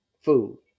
food